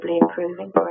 improving